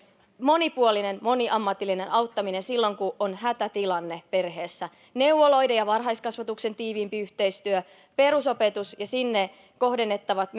monipuolinen moniammatillinen auttaminen silloin kun on hätätilanne perheessä neuvoloiden ja varhaiskasvatuksen tiiviimpi yhteistyö perusopetus ja sinne kohdennettavat